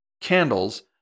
candles